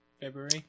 February